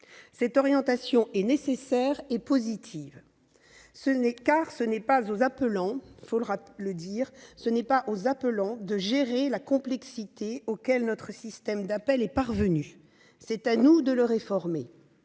Cette orientation est nécessaire et positive, car- il faut le dire -ce n'est pas aux appelants de gérer la complexité à laquelle notre système d'appel est parvenu. C'est à nous de le réformer.